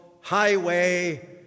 Highway